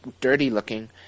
dirty-looking